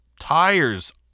tires